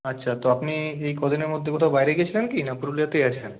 আচ্ছা তো আপনি যে এই কদিনের মধ্যে কোথাও বাইরে গিয়েছিলেন কি না পুরুলিয়াতেই আছেন